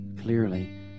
clearly